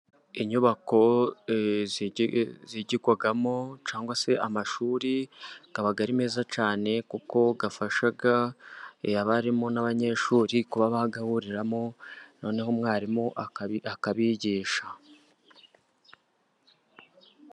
Inyubako zigirwamo cyangwa se amashuri, aba ari meza cyane kuko afasha abarimu n'abanyeshuri, kuba bayahuriramo noneho umwarimu akabigisha.